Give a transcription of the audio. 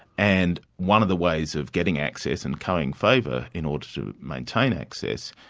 and one of the ways of getting access and currying favour in order to maintain access,